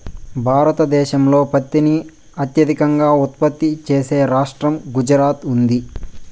భారతదేశంలో పత్తిని అత్యధికంగా ఉత్పత్తి చేసే రాష్టంగా గుజరాత్ ఉంది